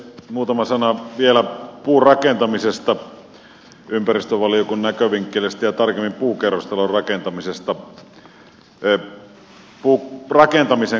muutama sana vielä puurakentamisesta ympäristövaliokunnan näkövinkkelistä ja tarkemmin puukerrostalorakentamisesta